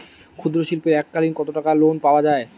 ক্ষুদ্রশিল্পের এককালিন কতটাকা লোন পাওয়া য়ায়?